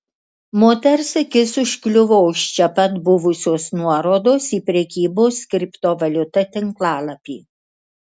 moters akis užkliuvo už čia pat buvusios nuorodos į prekybos kriptovaliuta tinklalapį